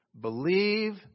believe